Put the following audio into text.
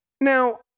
Now